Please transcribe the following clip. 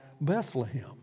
Bethlehem